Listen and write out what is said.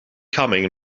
coming